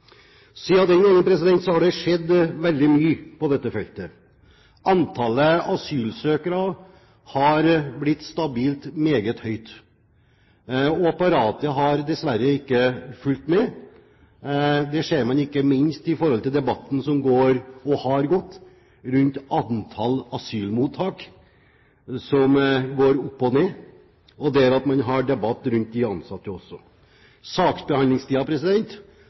har det skjedd veldig mye på dette feltet. Antallet asylsøkere har blitt stabilt meget høyt, og apparatet har dessverre ikke fulgt med. Det ser man ikke minst i debatten som går, og har gått, rundt antall asylmottak, som går opp og ned. Man har også en debatt rundt de ansatte.